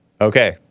Okay